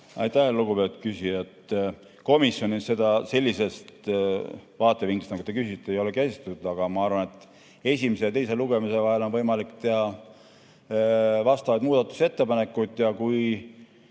Aitäh, lugupeetud küsija! Komisjonis seda sellisest vaatevinklist, nagu te küsisite, ei ole käsitletud. Aga ma arvan, et esimese ja teise lugemise vahel on võimalik teha muudatusettepanekuid ja kui